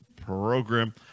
program